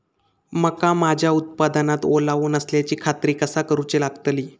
मका माझ्या उत्पादनात ओलावो नसल्याची खात्री कसा करुची लागतली?